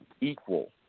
equal